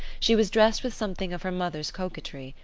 she was dressed with something of her mother's coquetry,